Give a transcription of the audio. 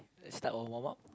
let's start our warm up